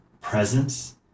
presence